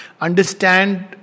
understand